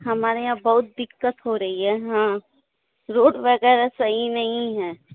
हमारे यहाँ बहुत दिक्कत हो रही है हाँ रोड वगैरह सही नहीं है